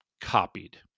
copied